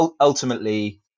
ultimately